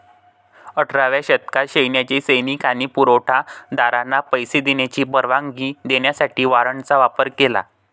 अठराव्या शतकात सैन्याने सैनिक आणि पुरवठा दारांना पैसे देण्याची परवानगी देण्यासाठी वॉरंटचा वापर केला